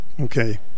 Okay